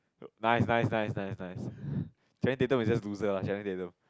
nice nice nice nice nice Channing Tatum is just loser lah Channing Tatum